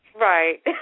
Right